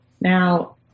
Now